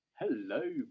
Hello